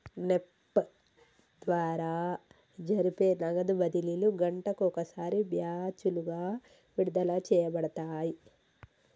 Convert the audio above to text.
NEFT ద్వారా జరిపే నగదు బదిలీలు గంటకు ఒకసారి బ్యాచులుగా విడుదల చేయబడతాయి